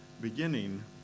beginning